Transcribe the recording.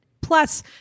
Plus